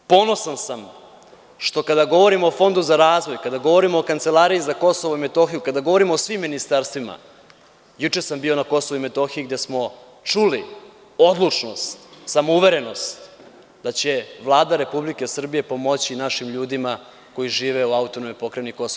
Ponosan sam što kada govorimo o Fondu za razvoj, kada govorimo o Kancelariji za Kosovo i Metohiju, kada govorimo o svim ministarstvima, juče sam bio na Kosovu i Metohiji gde smo čuli odlučnost, samouverenost da će Vlada Republike Srbije pomoći našim ljudima koji žive u AP Kosovo